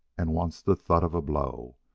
and once the thud of a blow.